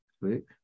click